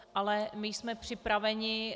Ale my jsme připraveni.